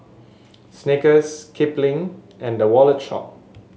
Snickers Kipling and The Wallet Shop